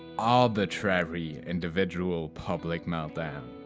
arbitrary individual public meltdown.